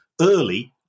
early